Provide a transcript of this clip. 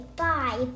bye